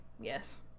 yes